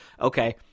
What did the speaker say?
okay